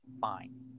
fine